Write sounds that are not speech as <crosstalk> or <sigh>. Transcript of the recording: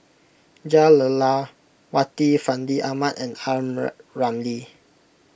Jah Lelawati Fandi Ahmad and <unintelligible> Ramli